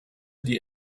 die